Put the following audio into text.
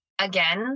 Again